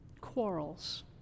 quarrels